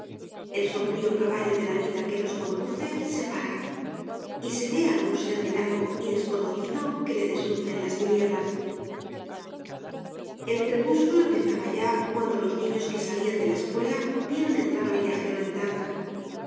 el sombrío caballo de la vida que nos conduce se para y se ve algun ser velado y desconocido que le desunce en las tinieblas el crepúsculo empezaba ya cuando los niños que salian de la escuela vieron entrar al viajero en